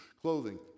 clothing